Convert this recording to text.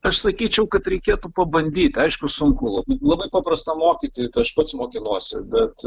aš sakyčiau kad reikėtų pabandyt aišku sunku labai labai paprasta mokyti tai aš pats mokinuosi bet